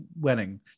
wedding